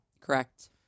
Correct